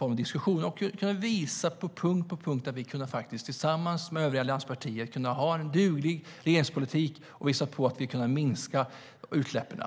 hade diskussioner. Vi har på punkt efter punkt kunnat visa att vi tillsammans med övriga allianspartier kunde ha en duglig regeringspolitik och minska utsläppen.